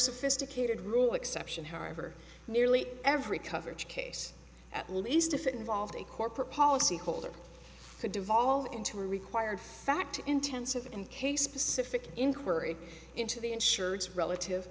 sophisticated rule exception harbor nearly every coverage case at least if it involved a corporate policy holder could devolve into a required fact intensive and case specific inquiry into the insureds relative